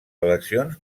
eleccions